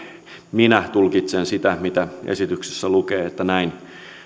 minä tulkitsen sitä mitä esityksessä lukee